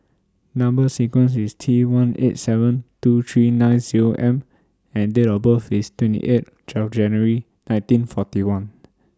Number sequence IS T one eight seven two three nine Zero M and Date of birth IS twenty eight January nineteen forty one